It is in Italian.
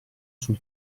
sul